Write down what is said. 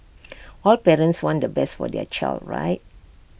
all parents want the best for their child right